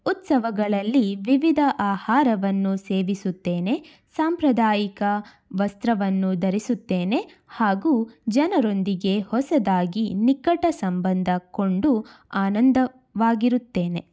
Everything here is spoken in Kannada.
ಉತ್ಸವಗಳಲ್ಲಿ ವಿವಿಧ ಆಹಾರವನ್ನು ಸೇವಿಸುತ್ತೇನೆ ಸಾಂಪ್ರದಾಯಿಕ ವಸ್ತ್ರವನ್ನು ಧರಿಸುತ್ತೇನೆ ಹಾಗೂ ಜನರೊಂದಿಗೆ ಹೊಸದಾಗಿ ನಿಕಟ ಸಂಬಂಧ ಕೊಂಡು ಆನಂದವಾಗಿರುತ್ತೇನೆ